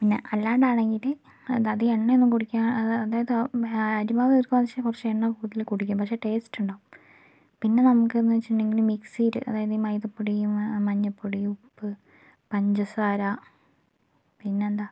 പിന്നെ അല്ലാണ്ട് ആണെങ്കിൽ അത് അധികം എണ്ണ ഒന്നും കുടിക്കാതെ അതായത് അരിമാവ് ചേർക്കുകയാണെന്ന് വച്ചാൽ കുറച്ച് എണ്ണ കൂടുതൽ കുടിക്കും പക്ഷെ ടേസ്റ്റ് ഉണ്ടാവും പിന്നെ നമുക്കെന്തെന്ന് വച്ചിട്ടുണ്ടെങ്കിൽ മിക്സിയിൽ അതായത് ഈ മൈദപ്പൊടിയും മഞ്ഞൾപ്പൊടിയും ഉപ്പ് പഞ്ചസാര പിന്നെയെന്താ